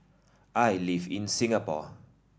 I live in Singapore